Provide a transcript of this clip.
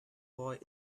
boy